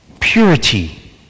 purity